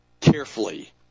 carefully